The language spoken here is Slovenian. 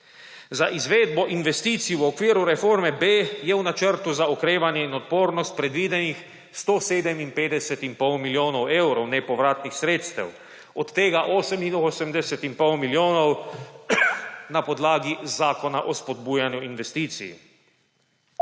Za izvedbo investicij v okviru reforme B je v Načrtu za okrevanje in odpornost predvidenih 157,5 milijona evrov nepovratnih sredstev, od tega 88,5 milijona na podlagi Zakona o spodbujanju investicij.